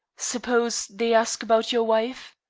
suppose they ask about your wife?